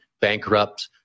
bankrupt